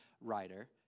writer